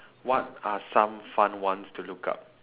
what are some fun ones to look up